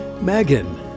Megan